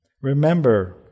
Remember